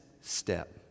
step